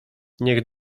niech